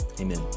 Amen